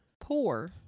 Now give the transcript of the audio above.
poor